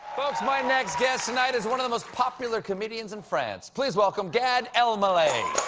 folks, my next guest tonight is one of the most popular comedians in france. please welcome gad elmaleh.